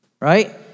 right